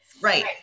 Right